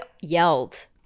yelled